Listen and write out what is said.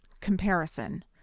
comparison